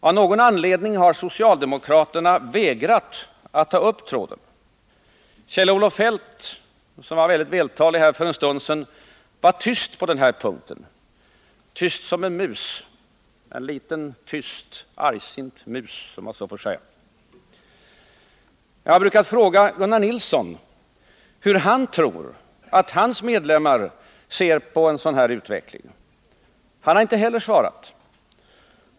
Av någon anledning har socialdemokraterna vägrat att ta upp tråden. Kjell-Olof Feldt, som var mycket vältalig här för en stund sedan var tyst på denna punkt, tyst som en mus — en liten tyst argsint mus, skulle jag vilja säga. Jag har brukat fråga Gunnar Nilsson hur han tror att hans medlemmar ser på en sådan här utveckling. Han har inte heller svarat.